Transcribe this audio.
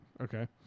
Okay